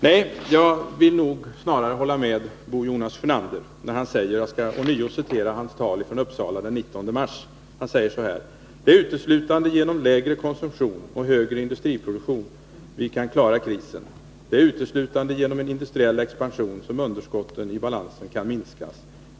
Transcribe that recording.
Nej, jag vill snarare hålla med Bo Jonas Sjönander, och jag skall ånyo citera hans tal i Uppsala den 19 mars: ”Det är uteslutande genom lägre konsumtion och högre industriproduktion vi kan klara krisen. Det är uteslutande genom en industriell expansion som underskotten i bytesbalansen kan minskas.